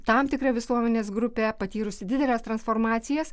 tam tikra visuomenės grupė patyrusi dideles transformacijas